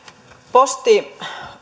posti